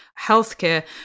healthcare